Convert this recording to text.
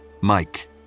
Mike